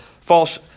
false